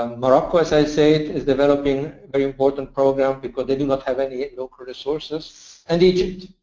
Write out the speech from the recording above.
um morocco, as i say, is developing very important program, because they do not have any local resources. and egypt.